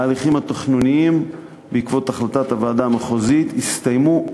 ההליכים התכנוניים בעקבות החלטת הוועדה המחוזית יסתיימו,